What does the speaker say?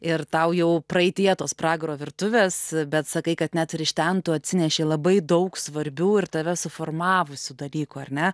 ir tau jau praeityje tos pragaro virtuvės bet sakai kad net ir iš ten tu atsinešei labai daug svarbių ir tave suformavusių dalykų ar ne